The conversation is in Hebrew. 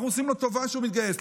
אנחנו עושים לו טובה שהוא מתגייס,